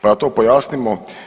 Pa da to pojasnimo.